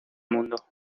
mundo